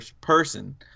person